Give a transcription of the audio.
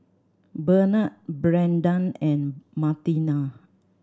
Benard Brennan and Martina